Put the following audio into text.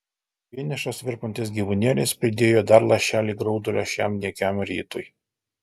vienišas virpantis gyvūnėlis pridėjo dar lašelį graudulio šiam nykiam rytui